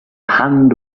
hand